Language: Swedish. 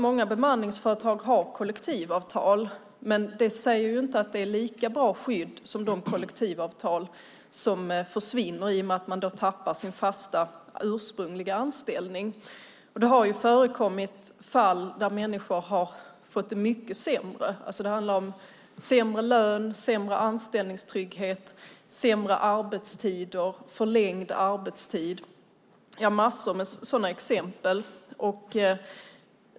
Många bemanningsföretag har kollektivavtal, men det är inte säkert att det är ett lika bra skydd som de kollektivavtal som försvinner i och med att man tappar sin fasta ursprungliga anställning. Det har förekommit att människor har fått det mycket sämre. Det kan vara sämre lön, sämre anställningstrygghet, sämre arbetstider och förlängd arbetstid. Jag har massor av sådana exempel.